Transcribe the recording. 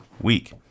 week